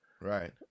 right